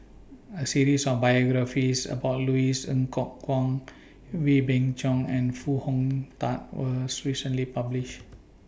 A series of biographies about Louis Ng Kok Kwang Wee Beng Chong and Foo Hong Tatt was recently published